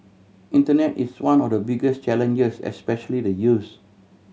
internet is one of the biggest challenges especially the youths